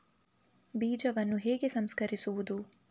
ಬೀಜವನ್ನು ಹೇಗೆ ಸಂಸ್ಕರಿಸುವುದು?